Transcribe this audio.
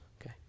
okay